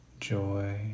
joy